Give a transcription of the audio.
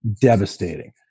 devastating